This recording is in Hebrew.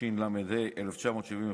התשל"ה 1975,